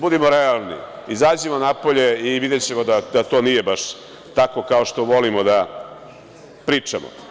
Budimo realni, izađimo napolje i videćemo da to nije baš tako kao što volimo da pričamo.